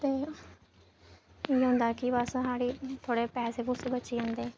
ते एह् होंदा ऐ कि बस साढ़े थोह्ड़े पैसे पुसे बची जंदे